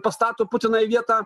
pastato putiną į vietą